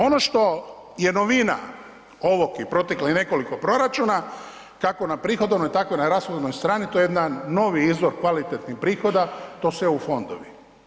Ono što je novina ovog i proteklih nekoliko proračuna kako na prihodovnoj tako i na rashodovnoj strani to je jedan novi izvor kvalitetnih prihoda, to su eu fondovi.